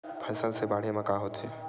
फसल से बाढ़े म का होथे?